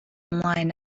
ymlaen